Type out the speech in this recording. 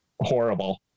horrible